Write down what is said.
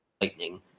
Lightning